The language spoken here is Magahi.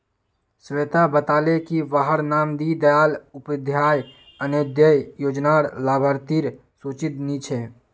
स्वेता बताले की वहार नाम दीं दयाल उपाध्याय अन्तोदय योज्नार लाभार्तिर सूचित नी छे